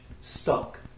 stuck